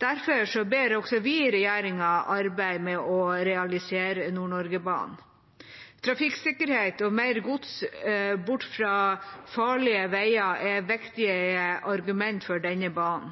og derfor ber også vi regjeringen arbeide med å realisere Nord-Norge-banen. Trafikksikkerhet og mer gods bort fra farlige veier er viktige argumenter for denne banen.